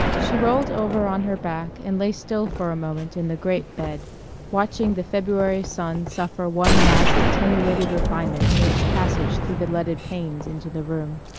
she rolled over on her back and lay still for a moment in the great bed watching the february sun suffer one last attenuated refinement in its passage through the leaded panes into the room.